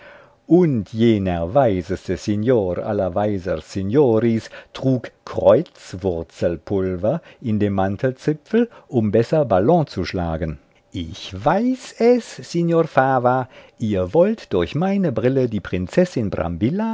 und jener weiseste signor aller weiser signoris trug kreuzwurzelpulver in dem mantelzipfel um besser ballon zu schlagen ich weiß es signor fava ihr wollt durch meine brille die prinzessin